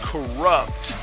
Corrupt